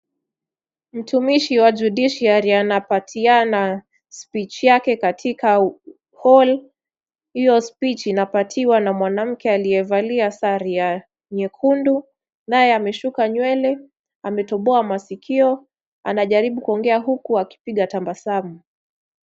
Mtumishi wa judiciary anapatiana speech yake katika hall . Hio speech inapatiwa na mwanamke aliyevalia sare ya nyekundu naye ameshuka nywele, ametobia maskio anajaribu kuongea huku akitabasamu.